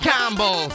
Campbell